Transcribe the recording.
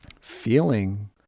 feeling